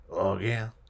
again